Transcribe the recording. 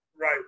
Right